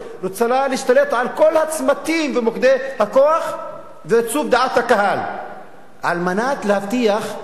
רוצה להשתלט על כל הצמתים ומוקדי הכוח ועיצוב דעת הקהל על מנת להבטיח לא